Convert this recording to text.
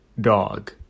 dog